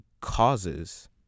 causes